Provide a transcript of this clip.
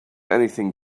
anything